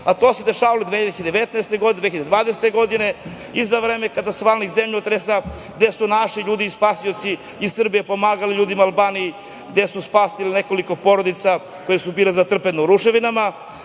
a to se dešavalo 2019. godine, 2020. godine i za vreme katastrofalnih zemljotresa gde su naši ljudi, spasioci iz Srbije pomagali ljudima u Albaniji, gde su spasili nekoliko porodica koje su bile zatrpane u ruševinama,